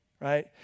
right